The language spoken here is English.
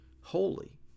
holy